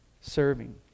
Serving